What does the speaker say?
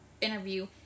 interview